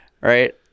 Right